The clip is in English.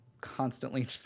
constantly